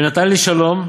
ונתן לי שלום,